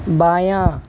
بایاں